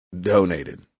donated